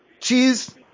Cheese